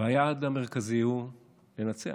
והיעד המרכזי הוא לנצח.